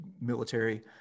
military